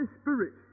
spirit